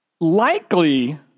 Likely